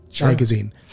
magazine